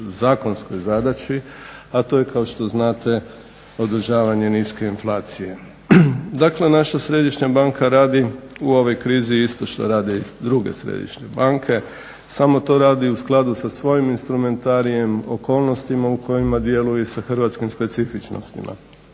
zakonskoj zadaći a to je kao što znate održavanje niske inflacije. Dakle, naša Središnja banka radi u ovoj krizi isto što rade i druge središnje banke samo to radi u skladu sa svojim instrumentarijem, okolnostima u kojima djeluje i sa hrvatskim specifičnostima.